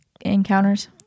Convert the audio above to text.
encounters